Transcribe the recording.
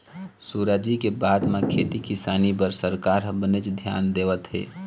सुराजी के बाद म खेती किसानी बर सरकार ह बनेच धियान देवत हे